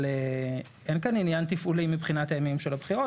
אבל אין כאן עניין תפעולי מבחינת הימים של הבחירות,